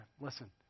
Listen